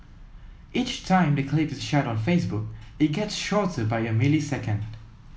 each time the clip is shared on Facebook it gets shorter by a millisecond